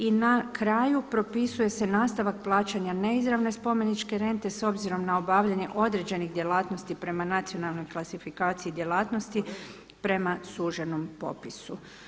I na kraju propisuje se nastavak plaćanja neizravne spomeničke rente s obzirom na obavljanje određenih djelatnosti prema nacionalnoj klasifikaciji djelatnosti prema suženom popisu.